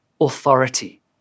authority